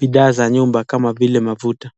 vifaa vya nyumba kama vile mafuta.